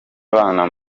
abana